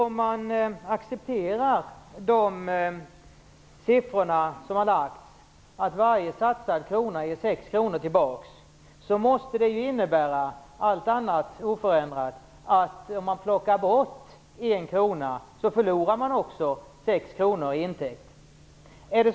Om man accepterar de siffror som har nämnts, dvs. att varje satsad krona ger sex kronor tillbaks, måste det innebära att man också förlorar sex kronor i intäkt om man plockar bort en krona - allt annat oförändrat.